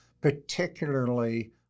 particularly